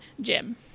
Jim